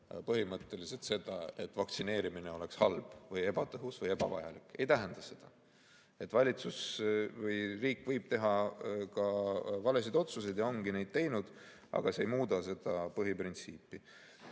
põhimõtteliselt seda, et vaktsineerimine oleks halb, ebatõhus või ebavajalik. Ei tähenda seda. Valitsus või riik võib teha ka valesid otsuseid, ja ongi neid teinud, aga see ei muuda seda põhiprintsiipi.